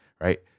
right